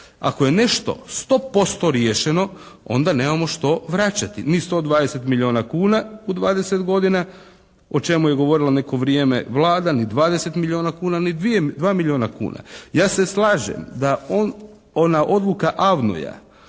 Ako je nešto 100% riješeno onda nemamo što vraćati. Ni 120 milijuna kuna u 20 godina o čemu je govorila neko vrijeme Vlada, ni 20 milijuna kuna ni 2 milijuna kuna. Ja se slažem da ona odluka AVNOJ-a